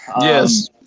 Yes